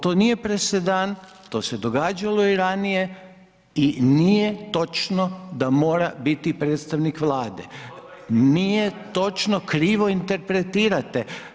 To nije presedan to se događalo i ranije i nije točno da mora biti predstavnik Vlade, nije točno, krivo interpretirate.